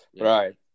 Right